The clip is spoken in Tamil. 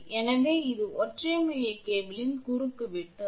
எனவே இது ஒரு ஒற்றை மைய கேபிளின் குறுக்கு வெட்டு ஆகும்